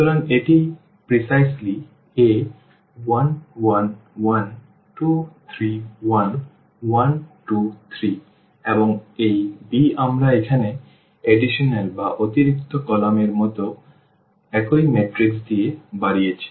সুতরাং এটি অবিকল A 1 1 1 2 3 1 1 2 3 এবং এই b আমরা এখানে অতিরিক্ত কলাম এর মতো একই ম্যাট্রিক্স দিয়ে বাড়িয়েছি